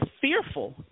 fearful